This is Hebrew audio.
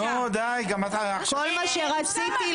זה מה שאת עושה מהיום שנכנסת לכנסת.